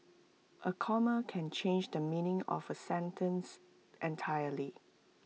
A comma can change the meaning of A sentence entirely